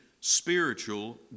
spiritual